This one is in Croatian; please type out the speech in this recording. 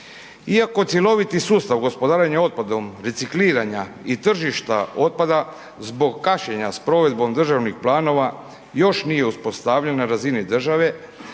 Iako cjeloviti sustav gospodarenja otpadom recikliranja i tržišta otpada zbog kašnjenja s provedbom državnih planova još nije uspostavljen na razini države